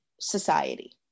society